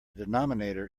denominator